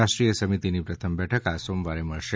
રાષ્ટ્રીય સમિતિની પ્રથમ બેઠક આ સોમવારે મળશે